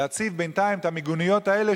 להציב בינתיים את המיגוניות האלה,